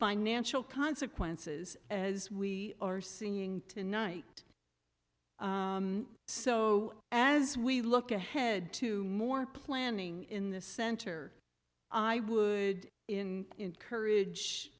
financial consequences as we are seeing tonight so as we look ahead to more planning in the center i would in encourage